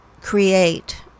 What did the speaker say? create